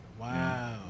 Wow